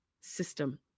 system